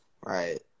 right